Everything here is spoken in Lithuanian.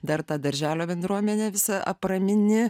dar ta darželio bendruomenę visą apramini